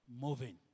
moving